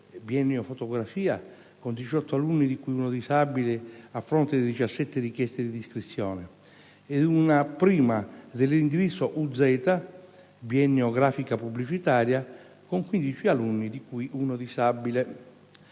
(biennio fotografia, con 18 alunni di cui un disabile, a fronte di 17 richieste di iscrizione), ed una classe prima dell'indirizzo UZ (biennio grafica pubblicitaria, con 15 alunni di cui un disabile).